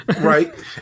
Right